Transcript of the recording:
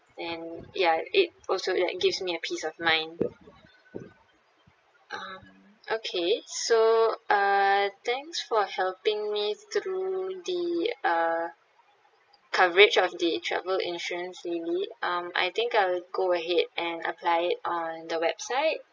and ya it also like gives me a peace of mind um okay so uh thanks for helping me through the uh coverage of the travel insurance lily um I think I'll go ahead and apply it on the website